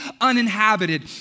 uninhabited